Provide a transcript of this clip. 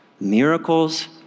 miracles